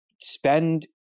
spend